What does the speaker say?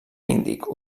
índic